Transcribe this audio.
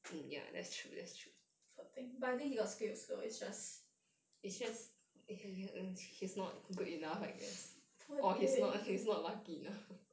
poor thing but I think he got skills also it's just poor thing